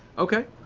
okay.